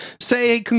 say